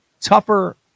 tougher